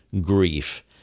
grief